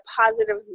positive